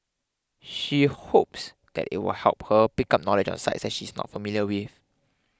she hopes that it will help her pick up knowledge on sites that she is not familiar with